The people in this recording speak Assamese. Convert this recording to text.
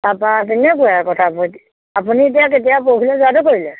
তাৰপা তেনেকুৱাই আ কথাবোৰ আপুনি এতিয়া কেতিয়া পৰহিলৈ যোৱাটো কৰিলে